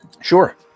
Sure